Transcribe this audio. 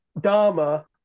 Dharma